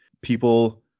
People